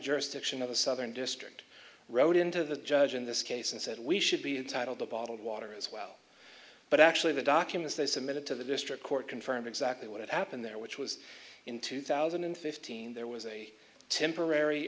jurisdiction of the southern district rode into the judge in this case and said we should be entitled to bottled water as well but actually the documents they submitted to the district court confirm exactly what happened there which was in two thousand and fifteen there was a temporary